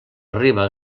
arriba